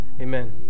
Amen